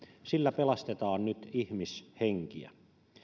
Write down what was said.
sillä pelastetaan nyt ihmishenkiä